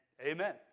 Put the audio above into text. amen